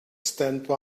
standby